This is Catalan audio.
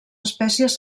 espècies